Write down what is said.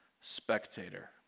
spectator